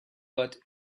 but